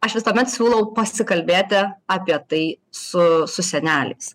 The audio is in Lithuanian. aš visuomet siūlau pasikalbėti apie tai su su seneliais